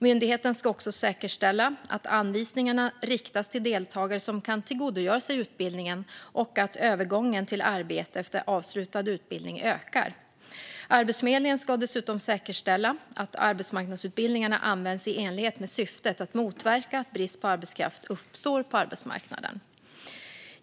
Myndigheten ska också säkerställa att anvisningarna riktas till deltagare som kan tillgodogöra sig utbildningen och att övergången till arbete efter avslutad utbildning ökar. Arbetsförmedlingen ska dessutom säkerställa att arbetsmarknadsutbildningarna används i enlighet med syftet att motverka att brist på arbetskraft uppstår på arbetsmarknaden.